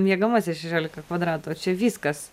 miegamasis šešiolika kvadratų o čia viskas